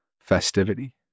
festivity